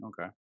okay